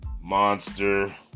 Monster